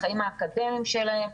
לחיים האקדמיים שלהם.